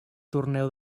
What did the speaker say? torneu